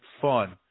fun